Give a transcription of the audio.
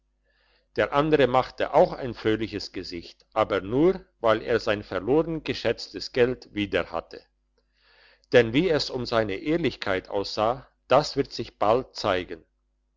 der andere machte auch ein fröhliches gesicht aber nur weil er sein verloren geschätztes geld wieder hatte denn wie es um seine ehrlichkeit aussah das wird sich bald zeigen